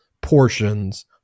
portions